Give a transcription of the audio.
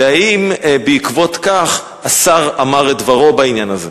והאם בעקבות כך השר אמר את דברו בעניין הזה?